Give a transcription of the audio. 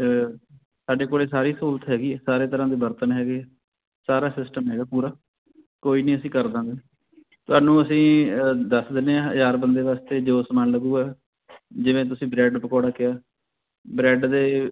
ਸਾਡੇ ਕੋਲ ਸਾਰੀ ਸਹੂਲਤ ਹੈਗੀ ਹੈ ਸਾਰੇ ਤਰ੍ਹਾਂ ਦੇ ਬਰਤਨ ਹੈਗੇ ਸਾਰਾ ਸਿਸਟਮ ਹੈਗਾ ਪੂਰਾ ਕੋਈ ਨਾ ਅਸੀਂ ਕਰ ਦਾਂਗੇ ਤੁਹਾਨੂੰ ਅਸੀਂ ਦੱਸ ਦਿੰਦੇ ਹਾਂ ਹਜ਼ਾਰ ਬੰਦੇ ਵਾਸਤੇ ਜੋ ਸਮਾਨ ਲੱਗੇਗਾ ਜਿਵੇਂ ਤੁਸੀਂ ਬ੍ਰੈਡ ਪਕੌੜਾ ਕਿਹਾ ਬ੍ਰੈਡ ਦੇ